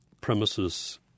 premises